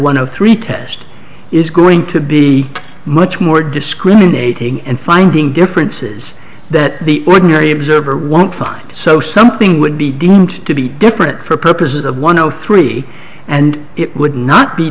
one of three test is going to be much more discriminating and finding differences that the ordinary observer won't find so something would be deemed to be different purposes of one hundred three and it would not be